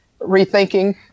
rethinking